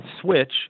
Switch